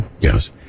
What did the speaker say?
Yes